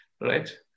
right